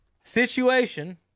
situation